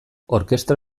orkestra